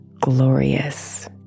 glorious